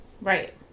Right